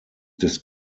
des